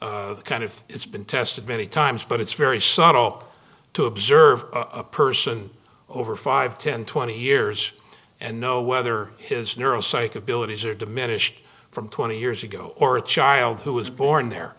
forth kind of it's been tested many times but it's very subtle up to observe a person over five ten twenty years and know whether his neuro psych abilities are diminished from twenty years ago or a child who was born there